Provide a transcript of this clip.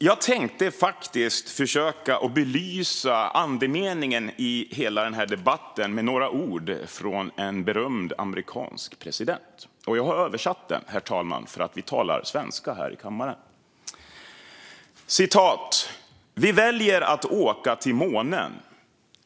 Jag tänkte försöka belysa andemeningen i hela debatten med några ord av en berömd amerikansk president. Jag har översatt det hela, herr talman, eftersom vi talar svenska här i kammaren. "Vi väljer att åka till månen.